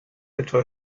etwa